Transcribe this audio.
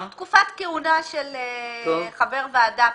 תקופת כהונה של חבר ועדה.